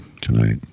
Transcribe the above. tonight